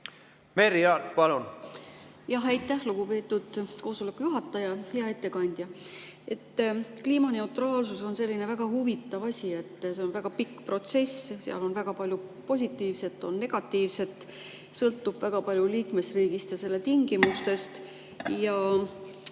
Merry Aart, palun! Aitäh, lugupeetud koosoleku juhataja! Hea ettekandja! Kliimaneutraalsus on selline väga huvitav asi, see on väga pikk protsess, seal on väga palju positiivset ja negatiivset, see sõltub väga palju liikmesriigist ja selle tingimustest.